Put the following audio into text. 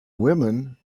women